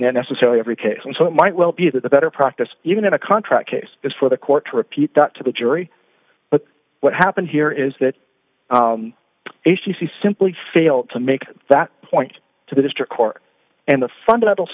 necessarily every case and so it might well be that the better practice even in a contract case is for the court to repeat that to the jury what happened here is that a c c simply failed to make that point to the district court and the fundamental